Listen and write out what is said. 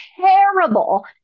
terrible